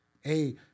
Hey